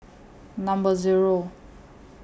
Number Zero